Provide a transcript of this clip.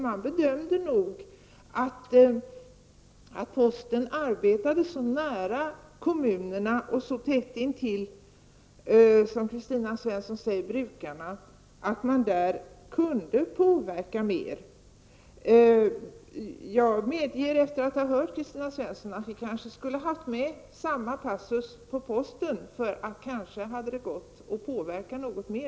Man bedömde nog att posten arbetade så nära kommunerna och så tätt intill brukarna, som Kristina Svensson kallade dem, att man där kunde påverka mer. Jag medger efter att ha hört Kristina Svensson att vi kanske skulle ha haft med en motsvarande passus beträffande posten. Kanske hade det då gått att påverka något mer.